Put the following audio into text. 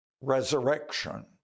resurrection